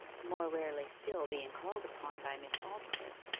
more rarely still being called upon by miss aldclyffe,